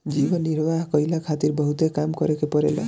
जीवन निर्वाह कईला खारित बहुते काम करे के पड़ेला